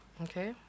Okay